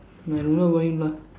நீ என்னமோ:nii ennamoo Govinda